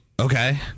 Okay